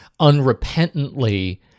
unrepentantly